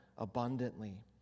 Abundantly